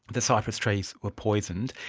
the cypress trees were poisoned.